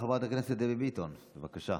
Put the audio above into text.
חברת הכנסת דבי ביטון, בבקשה.